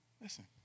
Listen